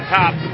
top